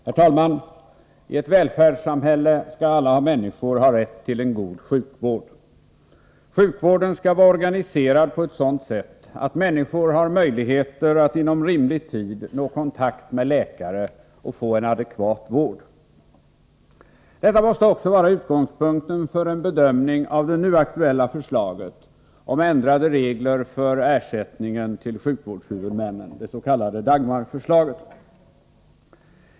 Herr talman! I ett välfärdssamhälle skall alla människor ha rätt till en god sjukvård. Sjukvården skall vara organiserad på ett sådant sätt att människor har möjlighet att inom rimlig tid nå kontakt med läkare och få en adekvat vård. Detta måste också vara utgångspunkten för en bedömning av det nu aktuella förslaget om ändrade regler för ersättningar till sjukvårdshuvudmännen, det s.k. Dagmarförslaget.